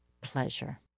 pleasure